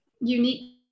unique